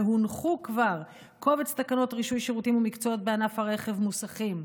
והונחו כבר קובץ תקנות רישוי שירותים ומקצועות בענף הרכב (מוסכים),